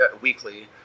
weekly